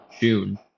June